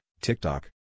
TikTok